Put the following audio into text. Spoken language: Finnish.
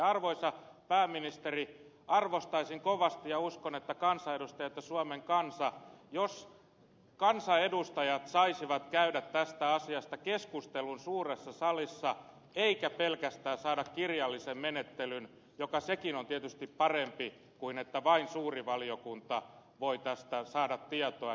arvoisa pääministeri arvostaisin kovasti ja uskon että kansanedustajat ja suomen kansa arvostaisivat jos kansanedustajat saisivat käydä tästä asiasta keskustelun suuressa salissa eikä olisi pelkästään kirjallista menettelyä joka sekin on tietysti parempi kuin se että vain suuri valiokunta voi tästä saada tietoa